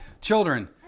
Children